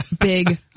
big